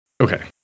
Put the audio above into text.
Okay